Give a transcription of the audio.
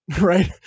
right